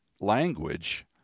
language